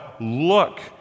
look